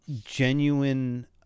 genuine